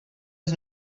was